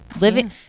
Living